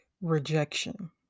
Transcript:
rejection